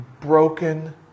broken